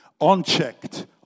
unchecked